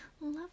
love